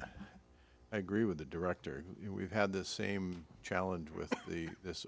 i agree with the director we've had the same challenge with the this